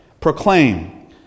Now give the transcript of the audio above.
Proclaim